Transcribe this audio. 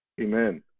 Amen